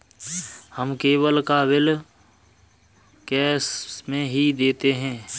हम केबल का bill cash में ही देते हैं